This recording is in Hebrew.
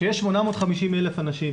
כשיש 850,000 אנשים